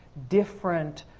different,